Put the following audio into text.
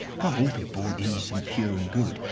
can't all be born innocent, pure, and good.